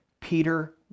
Peter